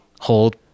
hold